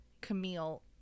Camille